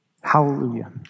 Hallelujah